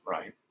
Right